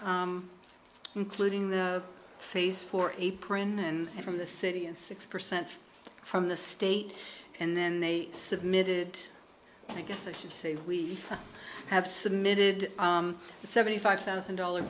including the phase for a printer and from the city and six percent from the state and then they submitted i guess i should say we have submitted seventy five thousand dollar